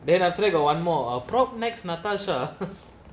then after that got one more hour propnex natasha